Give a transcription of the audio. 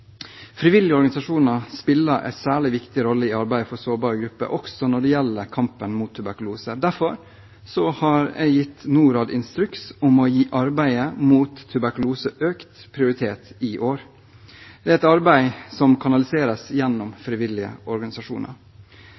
Frivillige organisasjoner spiller en særlig viktig rolle i arbeidet for sårbare grupper, også når det gjelder kampen mot tuberkulose. Derfor har jeg gitt Norad instruks om å gi arbeidet mot tuberkulose økt prioritet i år. Dette arbeidet kanaliseres gjennom frivillige organisasjoner.